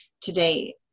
today